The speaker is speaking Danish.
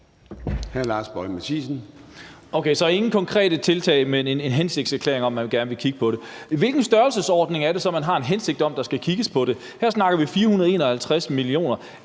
Lars Boje Mathiesen (UFG): Okay, så der nævnes ingen konkrete tiltag, men en hensigtserklæring om, at man gerne vil kigge på det. I hvilken størrelsesorden er det så, man har en hensigt om, at der skal kigges på det? Her snakker vi 451 mio.